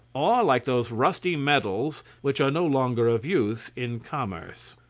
or like those rusty medals which are no longer of use in commerce.